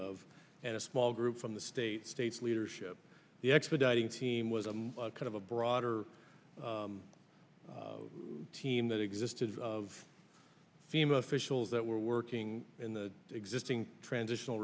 of and a small group from the state states leadership the expediting team was i'm kind of a broader team that existed of fema officials that were working in the existing transitional